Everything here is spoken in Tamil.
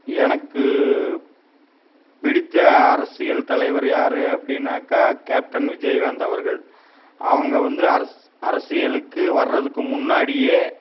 எனக்கு பிடித்த அரசியல் தலைவர் யார் அப்படினாக்க கேப்டன் விஜயகாந்த் அவர்கள் அவங்க வந்து அரஸ் அரசியலுக்கு வர்றதுக்கு முன்னாடியே